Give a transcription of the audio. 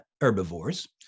herbivores